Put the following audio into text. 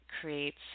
creates